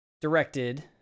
directed